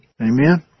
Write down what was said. Amen